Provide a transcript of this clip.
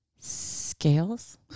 Scales